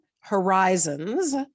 Horizons